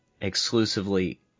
exclusively